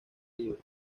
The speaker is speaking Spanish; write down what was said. libre